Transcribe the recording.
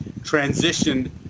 transitioned